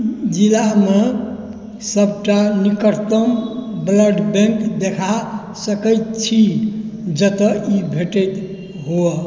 जिलामे सबटा निकटतम ब्लड बैङ्क देखा सकैत छी जतऽ ई भेटैत हुव